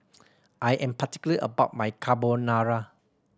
I am particular about my Carbonara